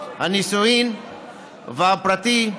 הנישואין 'הפרטי'